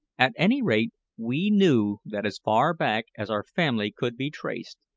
at any rate, we knew that as far back as our family could be traced,